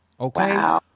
okay